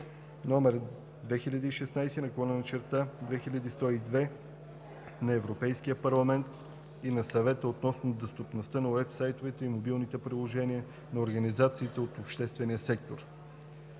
№ 2016/2102 на Европейския парламент и на Съвета относно достъпността на уебсайтовете и мобилните приложения на организациите от обществения сектор